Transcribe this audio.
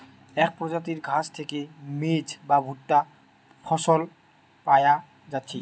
এক প্রজাতির ঘাস থিকে মেজ বা ভুট্টা ফসল পায়া যাচ্ছে